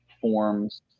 forms